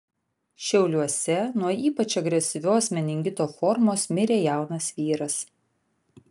šiauliuose nuo ypač agresyvios meningito formos mirė jaunas vyras